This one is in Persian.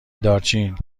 دارچین